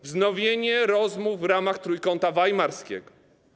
Wznowienie rozmów w ramach Trójkąta Weimarskiego.